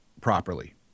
properly